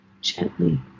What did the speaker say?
gently